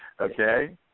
Okay